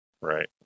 Right